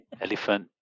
elephant